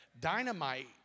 Dynamite